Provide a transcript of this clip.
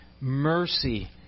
mercy